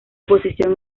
posición